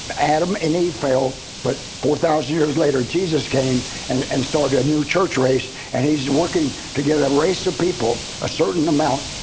adam and eve fell but for thousand years later jesus came and and started a new church race and he is working to get a race of people, a certain amount,